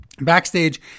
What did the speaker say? Backstage